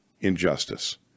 injustice